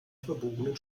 verbogenen